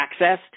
accessed